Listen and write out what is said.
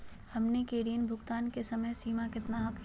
हमनी के ऋण भुगतान के समय सीमा केतना हखिन?